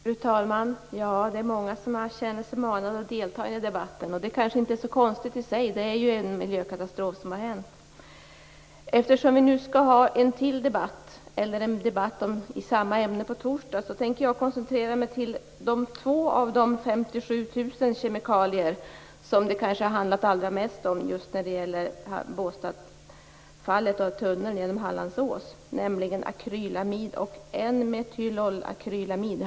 Fru talman! Det är många som känner sig manade att delta i debatten. Det kanske inte är så konstigt - det är ju en miljökatastrof som inträffat. Eftersom vi nu skall ha en debatt i samma ämne på torsdag tänker jag koncentrera mig på de två kemikalier - av 57 000 - som det handlat mest om när det gäller Båstadfallet med tunneln genom Hallands ås. Det är akrylamid och N-metylolakrylamid.